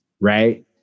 right